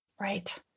Right